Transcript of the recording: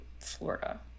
Florida